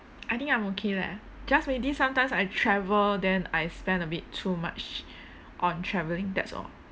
I think I'm okay leh just maybe sometimes I travel then I spend a bit too much on traveling that's all